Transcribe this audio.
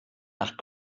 nach